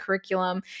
curriculum